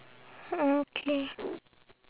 orh okay